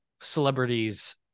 celebrities